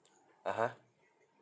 (uh huh)